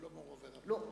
הוא לא מורו ורבו.